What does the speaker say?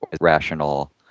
Rational